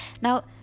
Now